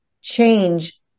change